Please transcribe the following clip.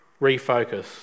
refocus